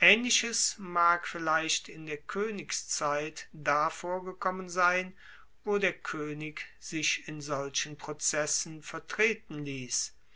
aehnliches mag vielleicht in der koenigszeit da vorgekommen sein wo der koenig sich in solchen prozessen vertreten liess